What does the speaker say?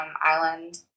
island